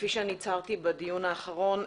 כפי שהצהרתי בדיון האחרון,